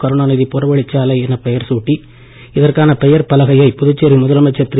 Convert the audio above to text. கருணாநிதி புறவழிச் சாலை எனப் பெயர் சூட்டி இதற்கான பெயர்ப் பலகையை புதுச்சேரி முதலமைச்சர் திரு